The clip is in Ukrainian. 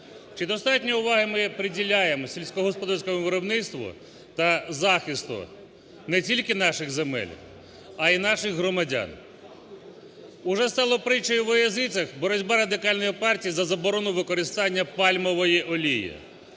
Чи достатньо уваги ми приділяємо сільськогосподарському виробництву та захисту не тільки наших земель, а і наших громадян? Уже стало притчею во язицех боротьба Радикальної партії за заборону використання пальмової олії.